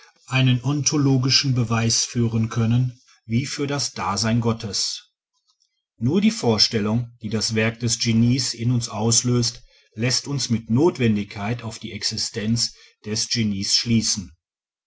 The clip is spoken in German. einen ontologischen beweis führen können wie für das dasein gottes nur die vorstellung die das werk des genies in uns auslöst läßt uns mit notwendigkeit auf die existenz des genies schließen